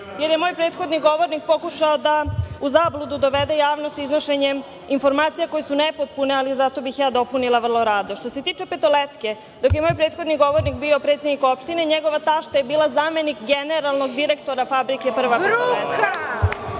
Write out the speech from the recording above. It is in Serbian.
jer je moj prethodni govornik pokušao da u zabludu dovede javnost iznošenjem informacija koje su nepotpune, ali zato bih ja dopunila vrlo rado. Što se tiče „Petoletke“, dok je moj prethodni govornik bio predsednik opštine, njegova tašta je bila zamenik generalnog direktora fabrike „Prva petoletka“.NJegov